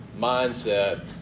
mindset